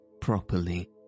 properly